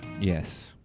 yes